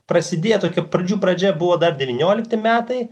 prasidėjo tokių pradžių pradžia buvo dar devyniolikti metai